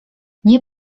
nie